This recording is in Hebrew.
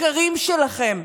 בשקרים שלכם,